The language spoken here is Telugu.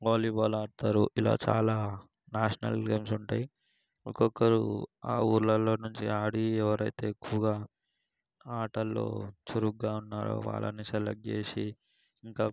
వాలీబాల్ ఆడతారు ఇలా చాలా న్యాషనల్ గేమ్స్ ఉంటాయి ఒక్కొక్కరు ఆ ఊరులల్లో నుంచి ఆడి ఎవరైతే ఎక్కువగా ఆటల్లో చురుగ్గా ఉన్నారో వాళ్ళని సెలెక్ట్ చేసి ఇంక